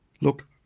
Look